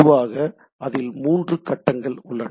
பொதுவாக அதில் மூன்று கட்டங்கள் உள்ளன